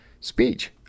speech